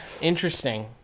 Interesting